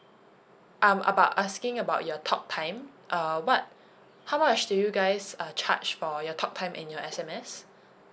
um about asking about your talk time uh what how much do you guys uh charge for your talk time and your S_M_S